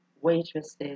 waitresses